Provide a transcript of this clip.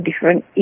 different